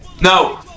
No